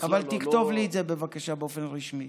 אבל תכתוב לי את זה, בבקשה, באופן רשמי.